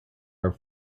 are